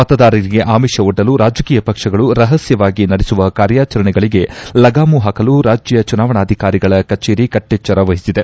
ಮತದಾರರಿಗೆ ಆಮಿಷವೊಡ್ಡಲು ರಾಜಕೀಯ ಪಕ್ಷಗಳು ರಹಸ್ಟವಾಗಿ ನಡೆಸುವ ಕಾರ್ಯಾಚರಣೆಗಳಿಗೆ ಲಗಾಮು ಹಾಕಲು ರಾಜ್ಯ ಚುನಾವಣಾಧಿಕಾರಿಗಳ ಕಚೇರಿ ಕಟ್ಟೆಚ್ಚರ ವಹಿಸಿದೆ